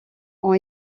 ont